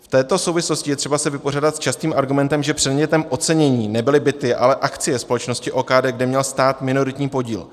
V této souvislosti je třeba se vypořádat s častým argumentem, že předmětem ocenění nebyly byty, ale akcie společnosti OKD, kde měl stát minoritní podíl.